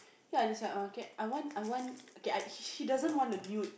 ya there's like err can I want I want okay I he he doesn't want a nude